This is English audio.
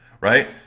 right